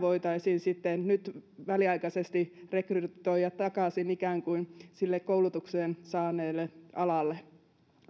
voitaisiin sitten nyt väliaikaisesti rekrytoida takaisin ikään kuin sille koulutuksen mukaiselle alalle